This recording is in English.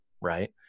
right